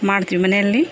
ಮಾಡ್ತೀವಿ ಮನೆಯಲ್ಲಿ